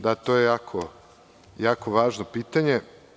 Da, to je jako važno pitanje.